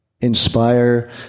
inspire